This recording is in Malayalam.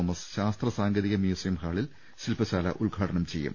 തോമസ് ശാസ്ത്ര സാങ്കേതിക മ്യൂസിയം ഹാളിൽ ശില്പശാല ഉദ്ഘാടനം ചെയ്യും